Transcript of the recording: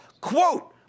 quote